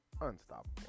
Unstoppable